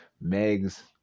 Meg's